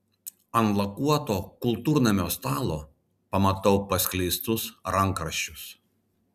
ant lakuoto kultūrnamio stalo pamatau paskleistus rankraščius